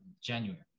January